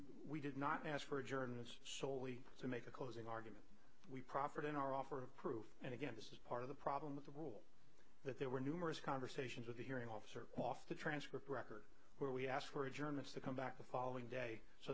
we did not ask for adjournments solely to make a closing argument we proffered in our offer of proof and again this is part of the problem with the rule that there were numerous conversations with the hearing officer off the transcript record where we ask for adjournments to come back the following day so